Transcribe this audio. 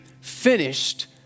finished